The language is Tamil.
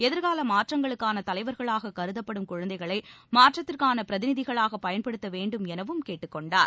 எதிர்கால மாற்றங்களுக்கான தலைவர்களாக கருதப்படும் குழந்தைகளை மாற்றத்திற்கான பிரதிநிதிகளாக பயன்படுத்த வேண்டும் எனவும் கேட்டுக் கொண்டார்